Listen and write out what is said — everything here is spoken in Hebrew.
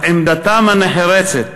אך עמדתם הנחרצת